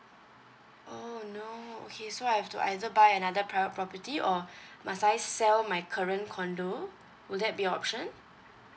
oh no okay so I have to either buy another private property or must I sell my current condo would that be option